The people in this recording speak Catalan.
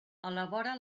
elabora